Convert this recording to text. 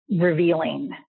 revealing